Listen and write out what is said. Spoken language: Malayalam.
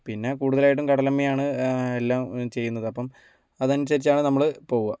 പിന്നെ കൂടുതലായിട്ടും കടലമ്മയാണ് എല്ലാം ചെയ്യുന്നത് അപ്പം അതനുസരിച്ചാണ് നമ്മൾ പോകുക